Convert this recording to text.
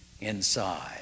inside